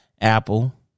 Apple